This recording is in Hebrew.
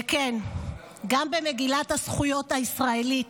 וכך גם במגילת הזכויות הישראלית,